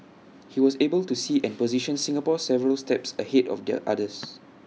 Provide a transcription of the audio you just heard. he was able to see and position Singapore several steps ahead of the others